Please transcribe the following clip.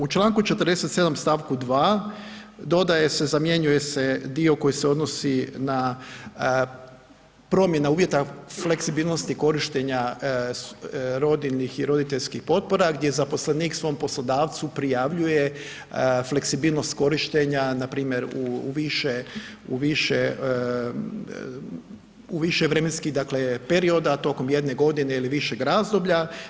U Članku 47. stavku 2. dodaje se, zamjenjuje se dio koji se odnosi na promjena uvjeta fleksibilnosti korištenja rodiljnih i roditeljskih potpora gdje zaposlenik svom poslodavcu prijavljuje fleksibilnost korištenja npr. u više, u više vremenski dakle perioda tokom jedne godine ili višeg razdoblja.